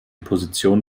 position